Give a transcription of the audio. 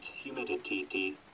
humidity